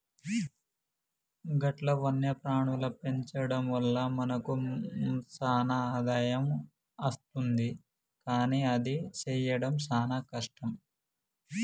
గట్ల వన్యప్రాణుల పెంచడం వల్ల మనకు సాన ఆదాయం అస్తుంది కానీ అది సెయ్యడం సాన కష్టం